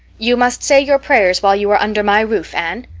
you must say your prayers while you are under my roof, anne.